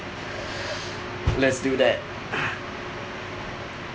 let's do that